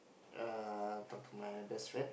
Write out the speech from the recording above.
err talk to my best friend